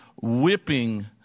whipping